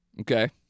Okay